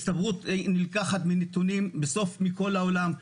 הסתברות נלקחת מנתונים מכל העולם,